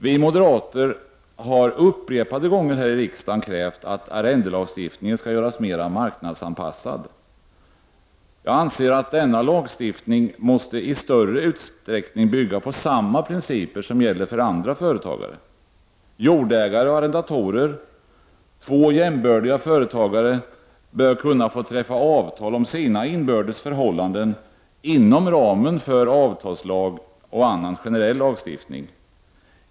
Vi moderater har upprepade gånger här i riksdagen krävt att arrendelagstiftningen skall göras mer marknadsanpassad. Jag anser att denna lagstiftning i större utsträckning måste bygga på samma principer som dem som gäller för andra företagare. Jordägare och arrendatorer — två jämbördiga företagare — bör kunna få träffa avtal om sina inbördes förhållanden inom ramen för avtalslag och annan generell lagstiftning.